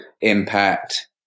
impact